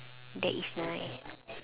that is nice